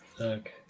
Okay